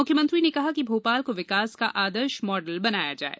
मुख्यमंत्री ने कहा कि भोपाल को विकास का आदर्श मॉडल बनाएं